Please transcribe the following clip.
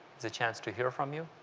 is a chance to hear from you,